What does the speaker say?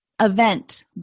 event